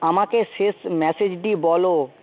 আমাকে শেষ মেসেজটি বলো